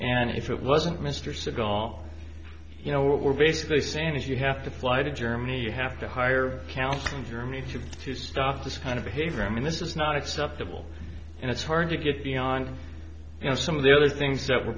and if it wasn't mr seagal you know what we're basically saying is you have to fly to germany you have to hire counseling through me to have to stop this kind of behavior i mean this is not acceptable and it's hard to get beyond you know some of the other things that were